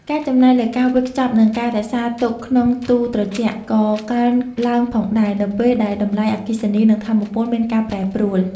ការចំណាយលើការវេចខ្ចប់និងការរក្សាទុកក្នុងទូរត្រជាក់ក៏កើនឡើងផងដែរ នៅពេលដែលតម្លៃអគ្គិសនីនិងថាមពលមានការប្រែប្រួល។